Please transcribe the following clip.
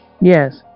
Yes